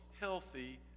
healthy